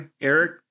Eric